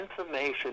information